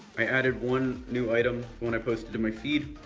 i added one new item, one i posted in my feed,